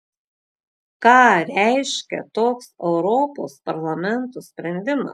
ką reiškia toks europos parlamento sprendimas